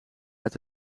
uit